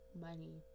money